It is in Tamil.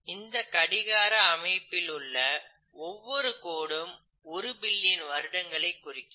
இந்த கடிகார அமைப்பிலுள்ள ஒவ்வொரு கோடும் ஒரு பில்லியன் வருடங்களைக் குறிக்கும்